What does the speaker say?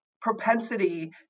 propensity